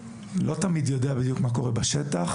לא תמיד יודע בדיוק מה קורה בשטח,